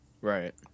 Right